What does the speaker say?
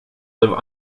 live